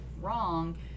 wrong